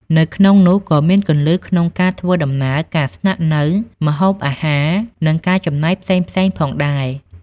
នៅក្នុងនោះ ក៏មានគន្លឹះក្នុងការធ្វើដំណើរ ការស្នាក់នៅ ម្ហូបអាហារ និងការចំណាយផ្សេងៗផងដែរ។